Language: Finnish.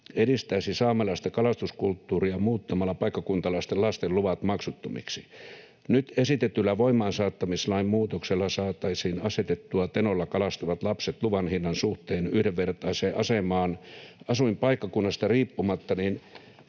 edistäisi saamelaista kalastuskulttuuria muuttamalla paikkakuntalaisten lasten luvat maksuttomiksi. Nyt esitetyllä voimaansaattamislain muutoksella saataisiin asetettua Tenolla kalastavat lapset luvan hinnan suhteen yhdenvertaiseen asemaan asuinpaikkakunnasta riippumatta.”